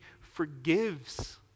forgives